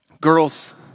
Girls